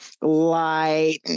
light